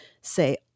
say